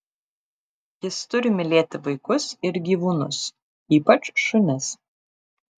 jis turi mylėti vaikus ir gyvūnus ypač šunis